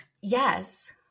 Yes